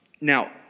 Now